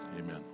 amen